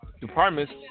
departments